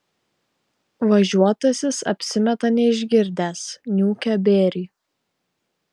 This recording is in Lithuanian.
važiuotasis apsimeta neišgirdęs niūkia bėrį